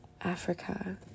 africa